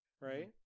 right